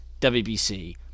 WBC